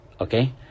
Okay